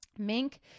Mink